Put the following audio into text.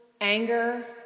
anger